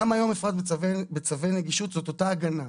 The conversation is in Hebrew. גם היום בצווי נגישות זאת אותה הגנה.